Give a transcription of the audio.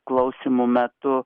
klausymų metu